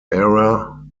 area